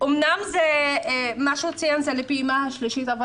אמנם מה שהוא ציין זה לפעימה השלישית אבל